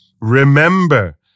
remember